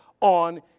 on